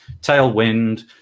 tailwind